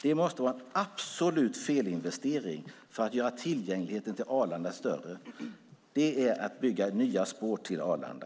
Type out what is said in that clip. Det måste vara en total felinvestering om man vill öka tillgängligheten till Arlanda att bygga nya spår till Arlanda.